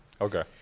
Okay